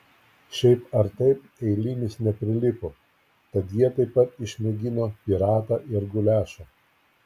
šiaip ar taip eilinis neprilipo tad jie taip pat išmėgino piratą ir guliašą